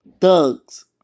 thugs